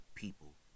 People